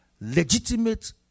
legitimate